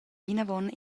vinavon